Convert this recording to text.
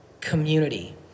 Community